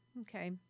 Okay